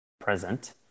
present